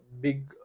Big